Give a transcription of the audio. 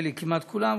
נדמה לי, כמעט כולם.